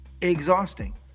exhausting